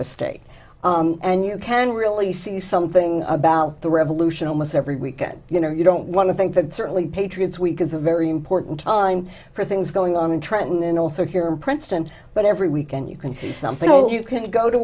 the state and you can really see something about the revolution almost every week and you know you don't want to think that certainly patriots week is a very important time for things going on in trenton and also here in princeton but every weekend you can